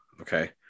okay